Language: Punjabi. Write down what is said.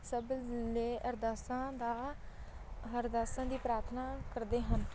ਸਭ ਲਈ ਅਰਦਾਸਾਂ ਦਾ ਅਰਦਾਸਾਂ ਦੀ ਪ੍ਰਾਰਥਨਾ ਕਰਦੇ ਹਨ